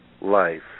life